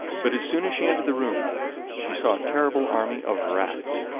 but as soon as she entered the room she saw a terrible army of rats,